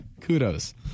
kudos